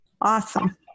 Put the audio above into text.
Awesome